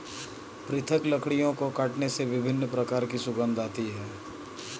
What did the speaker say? पृथक लकड़ियों को काटने से विभिन्न प्रकार की सुगंध आती है